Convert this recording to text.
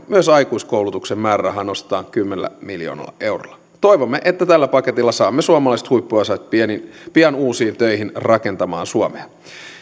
myös aikuiskoulutuksen määrärahaa nostetaan kymmenellä miljoonalla eurolla toivomme että tällä paketilla saamme suomalaiset huippuosaajat pian pian uusiin töihin rakentamaan suomea